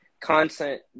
content